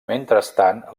mentrestant